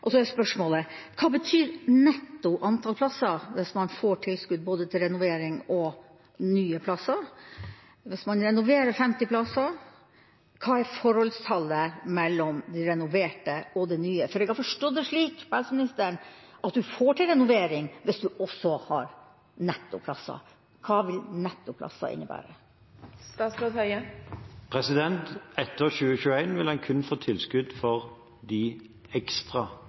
Så er spørsmålet: Hva betyr netto antall plasser hvis man får tilskudd til både renovering og nye plasser? Hvis man renoverer 50 plasser, hva er forholdstallet mellom de renoverte og de nye? For jeg har forstått det slik på helseministeren at man får til renovering hvis man også har nettoplasser. Hva vil nettoplasser innebære? Etter 2021 vil en kun få tilskudd for de ekstra